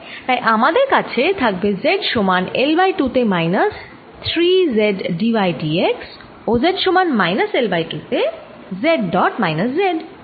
তাই আমাদের কাছে থাকবে z সমান L বাই 2 তে minus 3 z d y d x ও z সমান মাইনাস L বাই 2 তে z ডট মাইনাস z